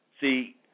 See